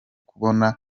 kuboneka